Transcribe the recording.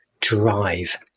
drive